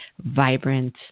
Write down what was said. vibrant